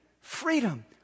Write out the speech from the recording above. freedom